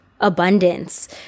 abundance